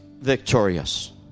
victorious